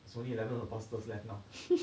so eleven apostles left now